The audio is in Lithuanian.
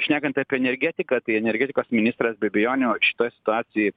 šnekant apie energetiką tai energetikos ministras be abejonių šitoj situacijoj